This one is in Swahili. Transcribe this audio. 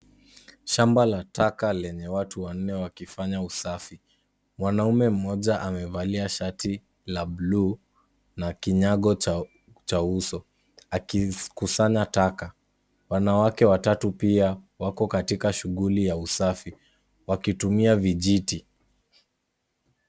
Shamba la taka lenye watu wanne wakifanya usafi. Mwanaume mmoja amevalia shati la bluu na kinyago cha uso akikusanya taka. Wanawake watatu pia wako katika shughuli ya usafi wakitumia vijiti.